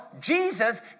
Jesus